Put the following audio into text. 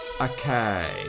Okay